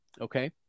okay